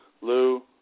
Lou